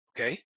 Okay